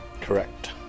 Correct